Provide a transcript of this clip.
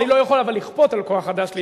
אבל אני לא יכול לכפות על כוח חדש להיכנס.